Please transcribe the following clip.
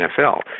NFL